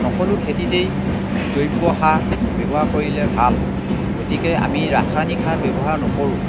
সকলো খেতিতেই জৈৱ সাৰ ব্যৱহাৰ কৰিলে ভাল গতিকে আমি ৰাসায়নিক সাৰ ব্যৱহাৰ নকৰোঁ